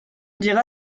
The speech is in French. diras